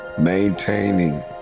maintaining